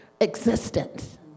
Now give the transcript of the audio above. existence